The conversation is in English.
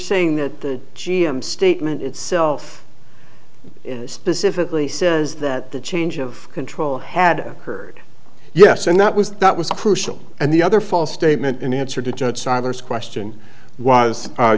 saying that the g m statement itself specifically says that the change of control had occurred yes and that was that was crucial and the other false statement in answer to just saddam's question was